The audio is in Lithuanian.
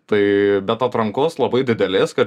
tai bet atrankos labai didelės kad